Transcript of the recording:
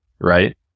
right